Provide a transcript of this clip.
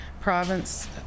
province